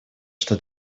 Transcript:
что